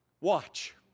watch